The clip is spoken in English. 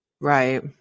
Right